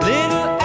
Little